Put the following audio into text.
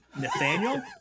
Nathaniel